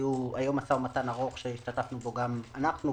היה משא ומתן ארוך שהשתתפנו בו גם אנחנו,